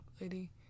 lady